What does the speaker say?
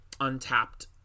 untapped